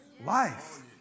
Life